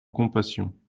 compassion